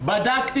טוב.